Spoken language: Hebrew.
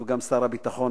שהוא גם שר הביטחון,